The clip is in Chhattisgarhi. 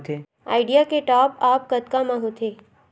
आईडिया के टॉप आप कतका म होथे?